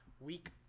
week